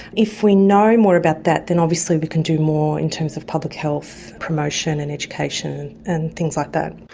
if we know more about that then obviously we can do more in terms of public health promotion and education and things like that.